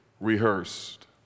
rehearsed